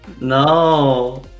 No